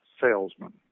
salesman